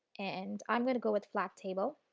and i am going to go with flat table.